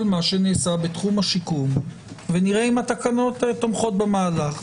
מה שנעשה בתחום השיקום ונראה אם התקנות תומכות במהלך.